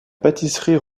pâtisserie